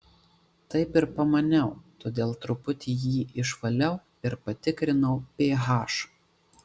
taip ir pamaniau todėl truputį jį išvaliau ir patikrinau ph